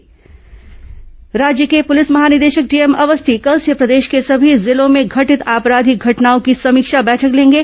DGP बैठक राज्य के पुलिस महानिदेशक डीएम अवस्थी कल से प्रदेश के सभी जिलों में घटित आपराधिक घटनाओं की समीक्षा बैठक ्लेंगे